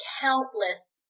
countless